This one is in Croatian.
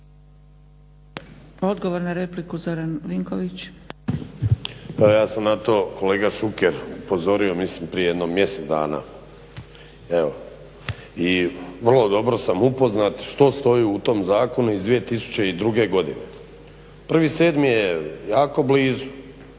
**Vinković, Zoran (HDSSB)** Pa ja sam na to kolega Šuker upozorio mislim prije jedno mjesec dana. I vrlo dobro sam upoznat što stoji u tom zakonu iz 2002.godine. 1.7.je jako blizu.